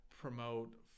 promote